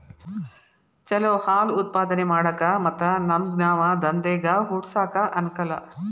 ಚಲೋ ಹಾಲ್ ಉತ್ಪಾದನೆ ಮಾಡಾಕ ಮತ್ತ ನಮ್ಗನಾವ ದಂದೇಗ ಹುಟ್ಸಾಕ ಅನಕೂಲ